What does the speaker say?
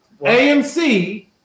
AMC